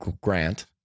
grant